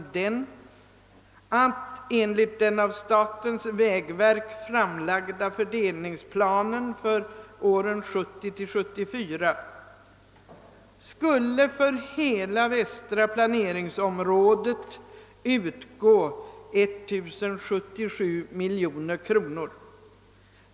Enligt den av statens vägverk framlagda fördelningsplanen för åren 1970— 1974 skulle för hela västra planeringsområdet utgå 1077 miljoner kronor.